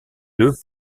deux